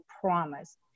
promise